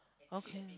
okay